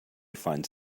finds